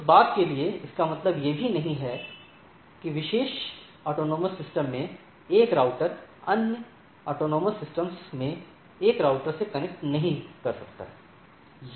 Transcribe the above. उस बात के लिए इसका मतलब यह भी नहीं है कि विशेष स्वायत्त प्रणाली में एक राउटर अन्य स्वायत्त प्रणाली में एक राउटर से कनेक्ट नहीं कर सकता है